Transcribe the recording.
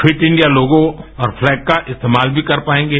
fit India लोगों और flag का इस्तेमाल भी कर पाएंगे